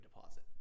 deposit